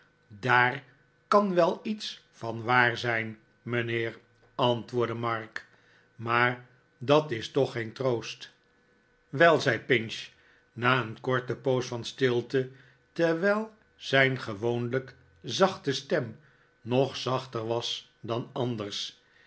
daar kan wel iets van waar zijn mijnheer antwoordde mark maar dat is toch geen troost wei zei pinch na een korte poos van stilte terwijl zijn gewoonlijk zachte stem nog zachter was dan anders